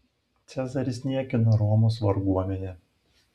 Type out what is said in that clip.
cezaris niekino romos varguomenę